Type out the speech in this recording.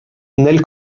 nel